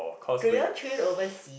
do you all train oversea